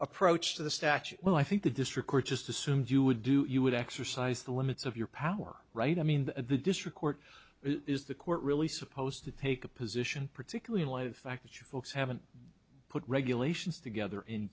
approach to the statute well i think that this record just assumed you would do you would exercise the limits of your power right i mean the district court is the court really supposed to take a position particularly in light of fact that you folks haven't put regulations together in